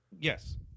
Yes